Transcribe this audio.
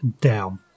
down